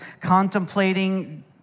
contemplating